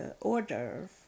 order